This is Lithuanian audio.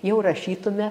jau rašytume